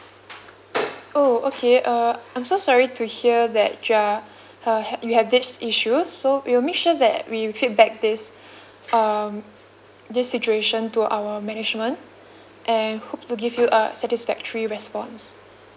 oh okay uh I'm so sorry to hear that you are uh you have these issues so we'll make sure that we feedback this um this situation to our management and hope to give you a satisfactory response